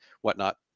whatnot